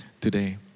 today